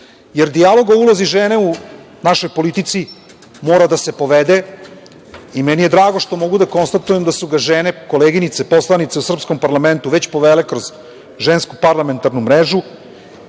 Jer, dijalog o ulozi žene u našoj politici mora da se povede i meni je drago što mogu da konstatujem da su ga žene, koleginice poslanice u srpskom parlamentu već povele kroz Žensku parlamentarnu mrežu